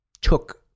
took